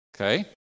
Okay